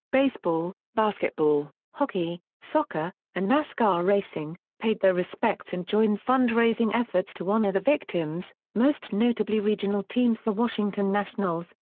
baseball, basketball, hockey, soccer, and nascar racing, paid their respects and joined fundraising efforts to honor the victims, most notably regional teams the washington nationals,